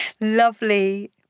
lovely